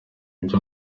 ibyo